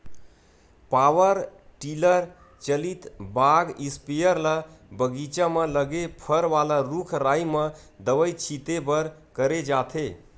power tiller चलित बाग spare ल बगीचा म लगे फर वाला रूख राई म दवई छिते बर करे जाथे